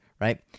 right